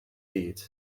byd